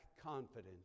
confidence